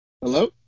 Hello